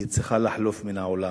היא צריכה לחלוף מן העולם.